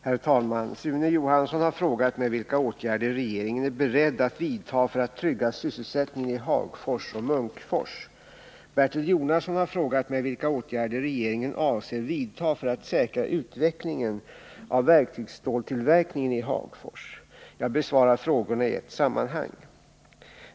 Herr talman! Sune Johansson har frågat mig vilka åtgärder regeringen är beredd att vidta för att trygga sysselsättningen i Hagfors och Munkfors. Jag besvarar frågorna i ett sammanhang.